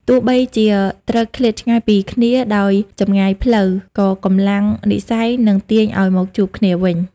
ទោះបីជាត្រូវឃ្លាតឆ្ងាយពីគ្នាដោយចម្ងាយផ្លូវ ក៏កម្លាំងនិស្ស័យនឹងទាញឱ្យមកជួបគ្នាវិញ។